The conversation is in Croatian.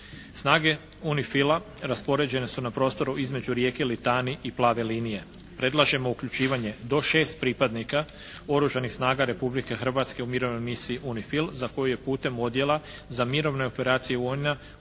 Snage UNIFIL-a raspoređene su na prostoru između rijeke Litani i plave linije. Predlažemo uključivanje do 6 pripadnika Oružanih snaga Republike Hrvatske u Mirovnoj misiji UNIFIL za koju je putem odjela za mirovne operacije UN-a